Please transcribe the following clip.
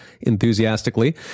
enthusiastically